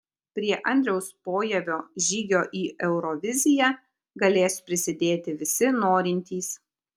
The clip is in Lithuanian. prie andriaus pojavio žygio į euroviziją galės prisidėti visi norintys